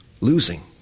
losing